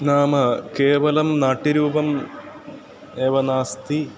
नाम केवलं नाट्यरूपम् एव नास्ति